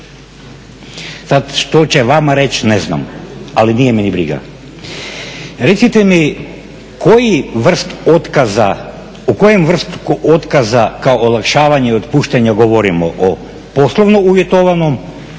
Sad što će vama reći ne znam, ali nije me ni briga. Recite mi koji vrst otkaza, o kojem vrstu otkaza ka olakšavanja i otpuštanja govorimo o poslovno uvjetovanom,